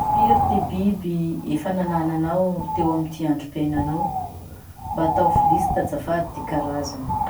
Firy ty biby fa nanananao teo amy androm-piainanao? Mba ataovy lista azafady ty karazany.